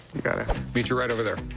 you got it. meet you right over there.